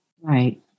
Right